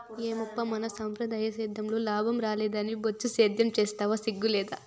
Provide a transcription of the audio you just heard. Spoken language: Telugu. ఏమప్పా మన సంప్రదాయ సేద్యంలో లాభం రాలేదని బొచ్చు సేద్యం సేస్తివా సిగ్గు లేదూ